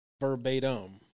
verbatim